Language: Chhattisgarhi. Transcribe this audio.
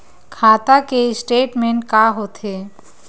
खाता के स्टेटमेंट का होथे?